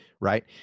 Right